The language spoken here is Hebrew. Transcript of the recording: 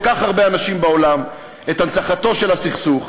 כך הרבה אנשים בעולם את הנצחתו של הסכסוך,